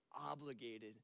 obligated